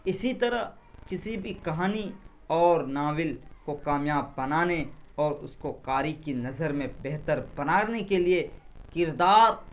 اسی طرح کسی بھی کہانی اور ناول کو کامیاب بنانے اور اس کو قاری کی نظر میں بہتر بنانے کے لیے کردار